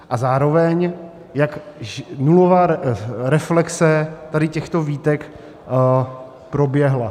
A zároveň, jak nulová reflexe tady těchto výtek proběhla.